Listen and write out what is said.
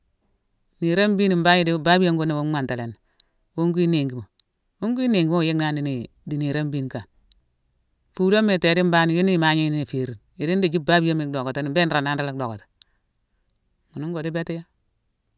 Niirone mbina mbangh idi baabiyone gune, wona imantalani. Wune wuyi néingima. Wune wuyi néingima iwo yicknani di niirone mbine kane. Fuloma itééde mbane yoni imagné yuna iférine. Idi ndithi babiyoma idockotini, mbélé nroondane rula dockati. Ghune ngo di bétiya.